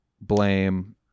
blame